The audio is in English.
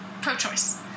pro-choice